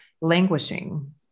languishing